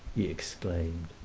he exclaimed.